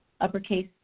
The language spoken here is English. uppercase